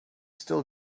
still